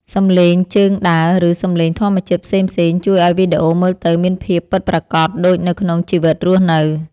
សំឡេងជើងដើរ ឬ សំឡេងធម្មជាតិផ្សេងៗជួយឱ្យវីដេអូមើលទៅមានភាពពិតប្រាកដដូចនៅក្នុងជីវិតរស់នៅ។